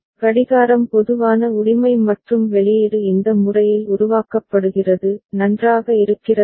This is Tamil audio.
கடிகாரம் பொதுவான உரிமை மற்றும் வெளியீடு இந்த முறையில் உருவாக்கப்படுகிறது நன்றாக இருக்கிறதா